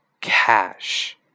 cash